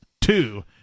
Two